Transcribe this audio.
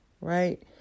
right